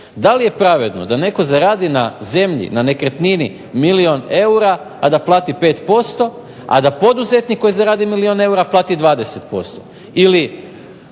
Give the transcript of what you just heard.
Da li je pravedno da netko zaradi na zemlji, na nekretnini milijun eura, a da plati 5%, a da poduzetnik koji zaradi milijun eura plati 20%.